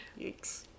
yikes